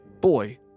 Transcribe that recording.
boy